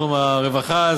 בתחום הרווחה,